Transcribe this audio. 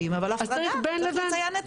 צריך משהו בין לבין.